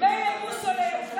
מילא בוסו לידיך,